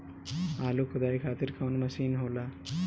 आलू खुदाई खातिर कवन मशीन होला?